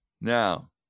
Now